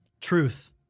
Truth